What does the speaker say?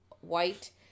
white